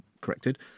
corrected